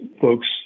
folks